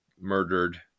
murdered